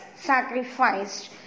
sacrificed